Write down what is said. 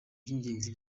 by’ingenzi